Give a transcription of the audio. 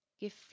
give